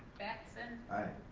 batson? aye.